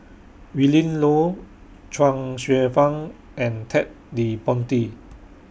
Willin Low Chuang Hsueh Fang and Ted De Ponti